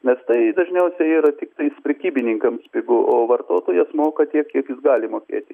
nes tai dažniausiai yra tiktais prekybininkams pigu o vartotojas moka tiek kiek jis gali mokėti